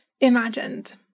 imagined